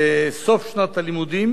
בסוף שנת הלימודים